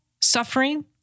suffering